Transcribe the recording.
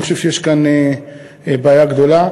אני חושב שיש כאן בעיה גדולה.